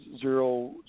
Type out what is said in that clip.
zero